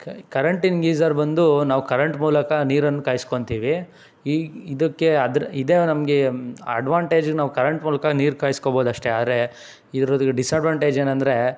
ಕ ಕರೆಂಟಿನ ಗೀಝರ್ ಬಂದು ನಾವ್ ಕರೆಂಟ್ ಮೂಲಕ ನೀರನ್ನ ಕಾಯ್ಸ್ಕೊತೀವಿ ಈ ಇದಕ್ಕೆ ಅದ್ರ ಇದೆ ನಮಗೆ ಅಡ್ವಾಂಟೇಜ್ ನಾವು ಕರೆಂಟ್ ಮೂಲಕ ನೀರು ಕಾಯ್ಸ್ಕೊಬೋದು ಅಷ್ಟೇ ಆದ್ರೆ ಇದ್ರದು ಡಿಸ್ಅಡ್ವಾಂಟೇಜ್ ಏನಂದರೆ